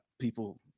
people